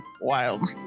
wild